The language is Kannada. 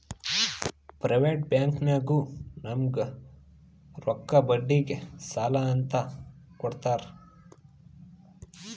ಪ್ರೈವೇಟ್ ಬ್ಯಾಂಕ್ನಾಗು ನಮುಗ್ ರೊಕ್ಕಾ ಬಡ್ಡಿಗ್ ಸಾಲಾ ಅಂತ್ ಕೊಡ್ತಾರ್